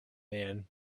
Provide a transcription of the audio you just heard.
man